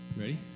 Ready